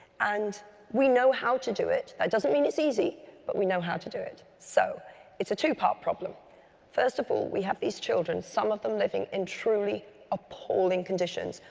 and we know how to do it. doesn't mean it's easy but we know how to do it. so it's a two-part problem first of all we have these children, some of them living in truly appalling conditions,